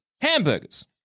hamburgers